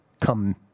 come